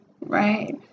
Right